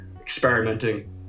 experimenting